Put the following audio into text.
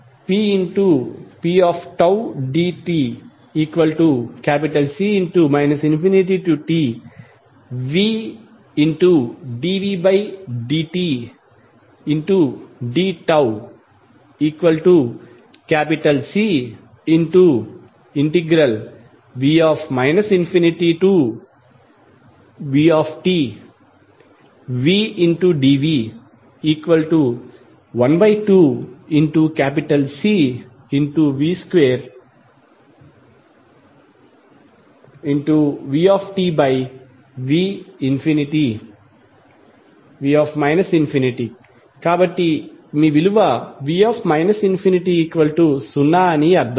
w ∞tpdτC ∞tvdvddτCv ∞vtvdv12Cv2|vtv ∞ కాబట్టి మీ విలువ v ∞0 అని అర్థం